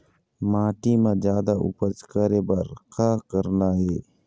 माटी म जादा उपज करे बर का करना ये?